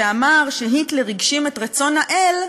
שאמר שהיטלר הגשים את רצון האל,